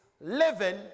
living